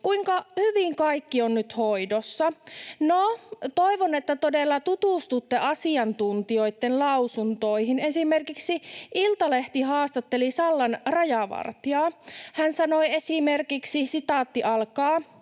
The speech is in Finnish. kuinka hyvin kaikki on nyt hoidossa. No, toivon, että todella tutustutte asiantuntijoiden lausuntoihin. Esimerkiksi Iltalehti haastatteli Sallan rajavartijaa. Hän sanoi esimerkiksi: ”Lainsäädännön